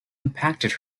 impacted